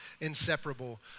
inseparable